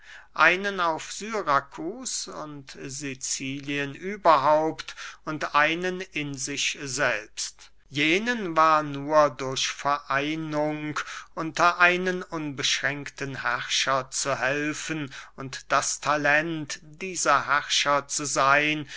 einen auf syrakus und sicilien überhaupt und einen in sich selbst jenen war nur durch vereinigung unter einen unbeschränkten herrscher zu helfen und das talent dieser herrscher zu seyn